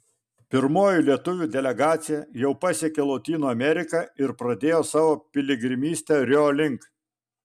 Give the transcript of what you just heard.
pirmoji lietuvių delegacija jau pasiekė lotynų ameriką ir pradėjo savo piligrimystę rio link